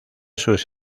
sus